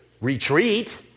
Retreat